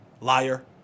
Liar